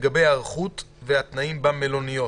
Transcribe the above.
לגבי ההיערכות והתנאים במלוניות.